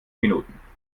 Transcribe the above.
minuten